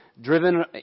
driven